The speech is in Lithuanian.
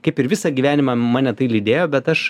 kaip ir visą gyvenimą mane tai lydėjo bet aš